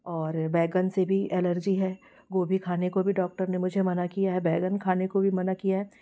और बैंगन से भी एलर्जी है गोभी खाने को भी डॉक्टर ने मुझे मना किया है बैंगन खाने को भी मना किया है